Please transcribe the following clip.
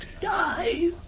die